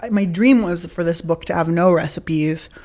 my dream was for this book to have no recipes,